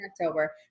October